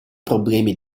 problemi